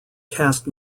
cast